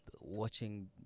watching